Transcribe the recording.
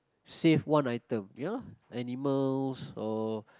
save one item ya lah animals or